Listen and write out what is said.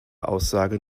aussage